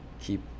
keep